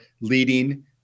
leading